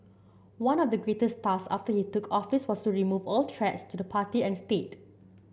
one of the greatest task after he took office was to remove all threats to the party and state